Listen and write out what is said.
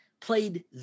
played